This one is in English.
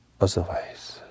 Otherwise